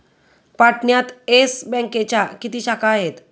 पाटण्यात येस बँकेच्या किती शाखा आहेत?